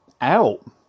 out